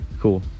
Cool